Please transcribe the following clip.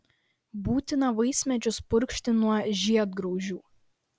būtina vaismedžius purkšti nuo žiedgraužių